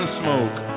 smoke